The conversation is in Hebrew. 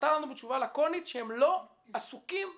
שענתה לנו בתשובה לקונית שהם לא עסוקים בנושא.